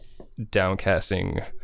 downcasting